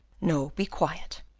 no, be quiet,